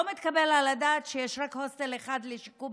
לא מתקבל על הדעת שיש רק הוסטל אחד לשיקום